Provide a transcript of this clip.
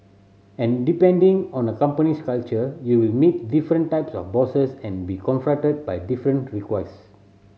and depending on a company's culture you will meet different types of bosses and be confronted by different request